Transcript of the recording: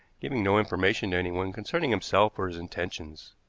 giving no information to anyone concerning himself or his intentions.